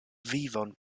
vivon